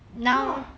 !wah!